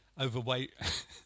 overweight